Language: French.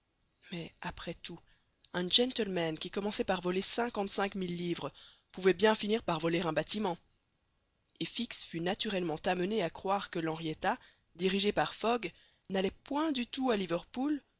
mais après tout un gentleman qui commençait par voler cinquante-cinq mille livres pouvait bien finir par voler un bâtiment et fix fut naturellement amené à croire que l'henrietta dirigée par fogg n'allait point du tout à liverpool